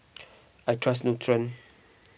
I trust Nutren